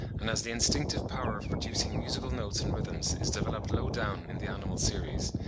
and as the instinctive power of producing musical notes and rhythms is developed low down in the animal series,